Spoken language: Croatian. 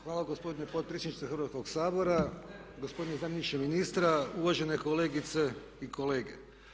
Hvala gospodine potpredsjedniče Hrvatskog sabora, gospodine zamjeniče ministra, uvažene kolegice i kolege.